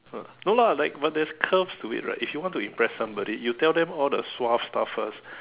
ah no lah like but there's curves to it right if you want to impress somebody you tell them all the suave stuff first